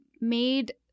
made